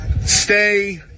stay